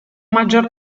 maggior